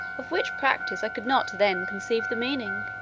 of which practice i could not then conceive the meaning.